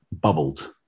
bubbled